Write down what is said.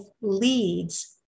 leads